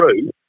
true